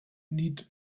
need